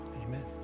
Amen